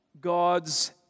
God's